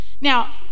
Now